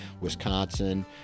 Wisconsin